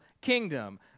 kingdom